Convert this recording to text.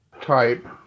type